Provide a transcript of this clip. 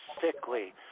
sickly